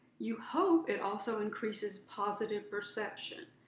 you hope it also increases positive perception.